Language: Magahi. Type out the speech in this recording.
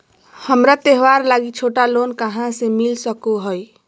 हमरा त्योहार लागि छोटा लोन कहाँ से मिल सको हइ?